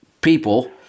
people